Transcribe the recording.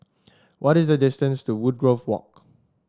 what is the distance to Woodgrove Walk